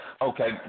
Okay